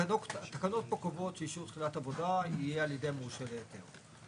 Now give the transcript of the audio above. התקנות פה קובעות שאישור תחילת עבודה יהיה על ידי המורשה להיתר.